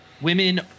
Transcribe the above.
women